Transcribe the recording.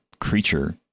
creature